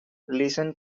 listen